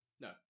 No